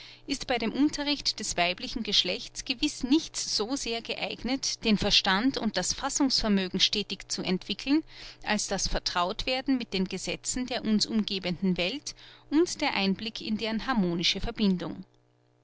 ist bei dem unterricht des weiblichen geschlechts gewiß nichts so sehr geeignet den verstand und das fassungsvermögen stetig zu entwickeln als das vertrautwerden mit den gesetzen der uns umgebenden welt und der einblick in deren harmonische verbindung